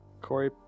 Corey